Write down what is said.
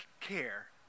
care